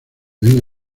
ven